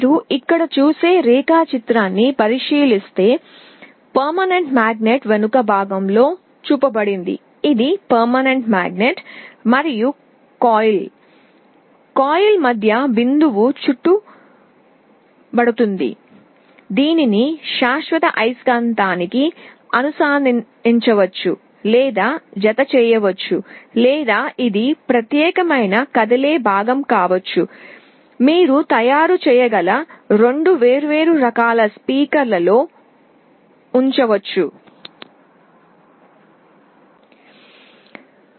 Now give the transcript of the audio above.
మీరు ఇక్కడ చూసే రేఖాచిత్రాన్ని పరిశీలిస్తే శాశ్వత అయస్కాంతం వెనుక భాగంలో చూపబడుతుంది ఇది శాశ్వత అయస్కాంతం మరియు కాయిల్లో కాయిల్ మధ్య బిందువు చుట్టూ గాయమవుతుంది దీనిని శాశ్వత అయస్కాంతానికి అనుసంధానించవచ్చు లేదా జతచేయవచ్చు లేదా ఇది ప్రత్యేకమైన కదిలే భాగం కావచ్చు మీరు తయారు చేయగల రెండు వేర్వేరు రకాల స్పీకర్లలో ఉండవచ్చు